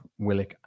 willick